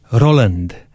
roland